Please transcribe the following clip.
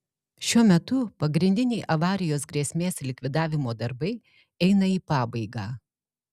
šiuo metu pagrindiniai avarijos grėsmės likvidavimo darbai eina į pabaigą